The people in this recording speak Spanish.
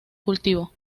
cultivo